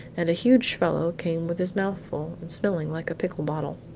and a huge fellow came with his mouth full, and smelling like a pickle bottle.